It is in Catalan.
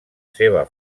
seva